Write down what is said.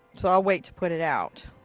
so i'll wait to put it out.